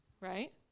Right